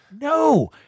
No